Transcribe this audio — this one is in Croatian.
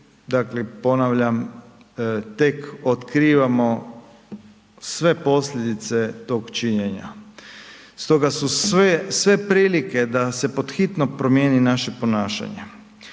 dakle ponavljam, tek otkrivamo sve posljedice tog činjenja. Stoga su sve prilike da se pod hitno promijeni naše ponašanje,